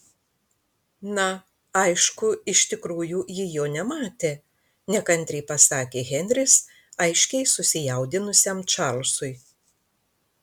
na aišku iš tikrųjų ji jo nematė nekantriai pasakė henris aiškiai susijaudinusiam čarlzui